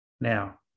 Now